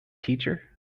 teacher